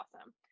awesome